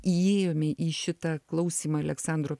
įėjome į šitą klausymą aleksandro